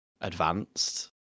advanced